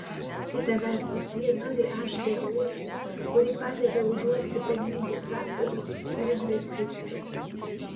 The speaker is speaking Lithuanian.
kita vertus jie turi aštrią uoslę kuri padeda užuosti pelningus sandorius ar investicijas